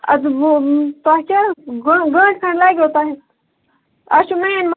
اَدٕ ہو تۄہہِ کیاہ گٲنٛٹہٕ کھٔنٛڈ لگوٕ تۄہہِ اسہِ چھُ مین ما